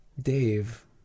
Dave